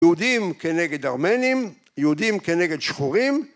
יהודים כנגד ארמנים, יהודים כנגד שחורים.